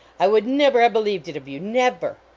i would never have believed it of you. never.